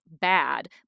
bad